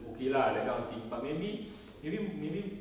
okay lah that kind of thing but maybe maybe maybe